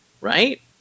Right